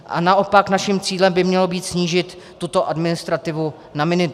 A naopak naším cílem by mělo být snížit tuto administrativu na minimum.